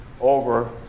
over